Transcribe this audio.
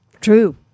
True